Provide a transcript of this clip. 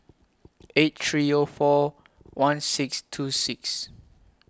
eight three O four one six two six